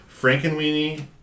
Frankenweenie